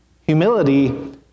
Humility